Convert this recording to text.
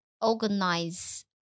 Organize